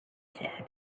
said